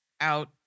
out